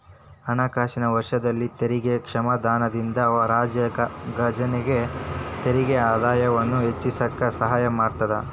ಹಣಕಾಸಿನ ವರ್ಷದಲ್ಲಿ ತೆರಿಗೆ ಕ್ಷಮಾದಾನದಿಂದ ರಾಜ್ಯದ ಖಜಾನೆಗೆ ತೆರಿಗೆ ಆದಾಯವನ್ನ ಹೆಚ್ಚಿಸಕ ಸಹಾಯ ಮಾಡತದ